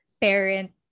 parent